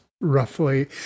roughly